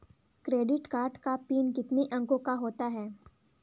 Credit card का pin कितने अंकों का होता है?